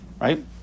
right